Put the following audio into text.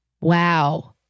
Wow